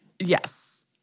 Yes